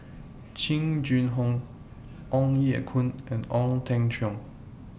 Jing Jun Hong Ong Ye Kung and Ong Teng Cheong